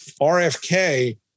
RFK